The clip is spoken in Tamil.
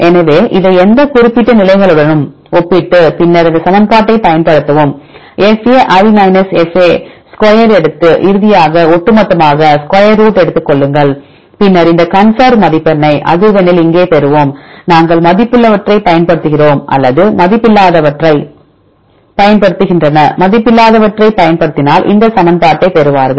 எனவே இதை எந்த குறிப்பிட்ட நிலைகளுடனும் ஒப்பிட்டு பின்னர் இந்த சமன்பாட்டைப் பயன்படுத்தவும் fa fa ஸ்கொயர் எடுத்து இறுதியாக ஒட்டுமொத்தமாக ஸ்கொயர் ரூட் எடுத்துக் கொள்ளுங்கள் பின்னர் இந்த கன்சர்வ் மதிப்பெண்ணை அதிர்வெண்ணில் இங்கே பெறுவோம் நாங்கள் மதிப்புள்ள வற்றை பயன்படுத்துகிறோம் அல்லது மதிப்பில்லாதவற்றைப் பயன்படுத்துகின்றனமதிப்பில்லாதவற்றைப் பயன்படுத்தினால் இந்த சமன்பாட்டைப் பெறுவார்கள்